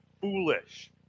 foolish